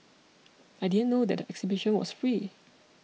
I didn't know that the exhibition was free